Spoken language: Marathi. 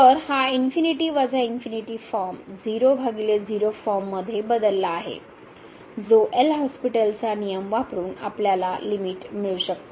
तर हा ∞∞ फॉर्म 00 फॉर्ममध्ये बदलला आहे जो Lहॉस्पिटलचा नियम वापरून आपल्याला लिमिट मिळू शकते